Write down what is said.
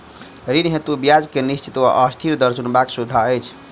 ऋण हेतु ब्याज केँ निश्चित वा अस्थिर दर चुनबाक सुविधा अछि